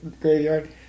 graveyard